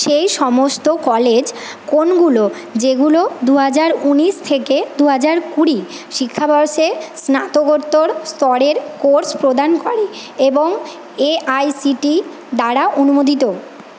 সেই সমস্ত কলেজ কোনগুলো যেগুলো দুহাজার উনিশ থেকে দুহাজার কুড়ি শিক্ষাবর্ষে স্নাতকোত্তর স্তরের কোর্স প্রদান করে এবং A I C T E দ্বারা অনুমোদিত